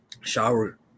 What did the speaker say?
shower